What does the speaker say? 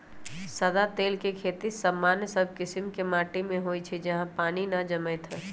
सदा तेल के खेती सामान्य सब कीशिम के माटि में होइ छइ जहा पानी न जमैत होय